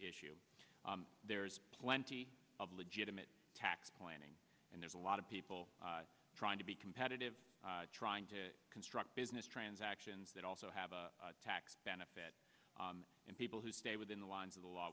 issue there is plenty of legitimate tax planning and there's a lot of people trying to be competitive trying to construct business transactions that also have a tax benefit and people who stay within the lines of the law